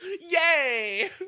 Yay